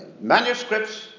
manuscripts